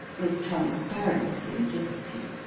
with transparent simplicity.